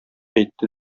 әйтте